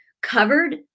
covered